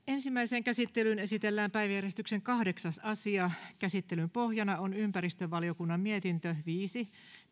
ensimmäiseen käsittelyyn esitellään päiväjärjestyksen kahdeksas asia käsittelyn pohjana on ympäristövaliokunnan mietintö viisi